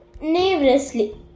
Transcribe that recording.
nervously